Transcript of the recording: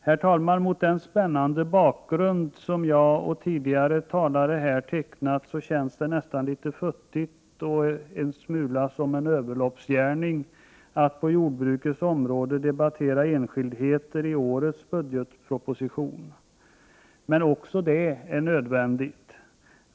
Herr talman! Mot den spännande bakgrund som jag och tidigare talare här tecknat känns det nästan litet futtigt och som en överloppsgärning att på jordbrukets område debattera enskildheter i årets budgetproposition. Men också det är nödvändigt.